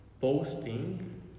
posting